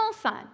Son